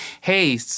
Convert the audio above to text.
hey